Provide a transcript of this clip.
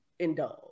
indulge